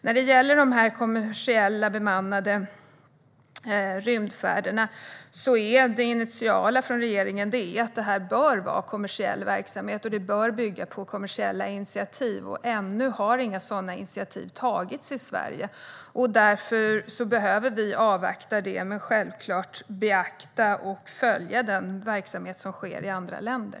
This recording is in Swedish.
När det gäller bemannade rymdfärder är regeringens initiala uppfattning att detta bör vara kommersiell verksamhet som bygger på kommersiella initiativ. Ännu har inga sådana initiativ tagits i Sverige. Vi behöver därför avvakta med detta, men kommer självklart att beakta och följa vad som sker i andra länder.